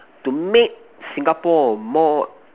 to make Singapore more